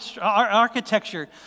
architecture